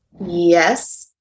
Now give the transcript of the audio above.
Yes